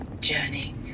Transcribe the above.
Journey